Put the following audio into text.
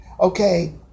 okay